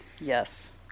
Yes